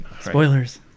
Spoilers